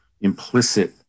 implicit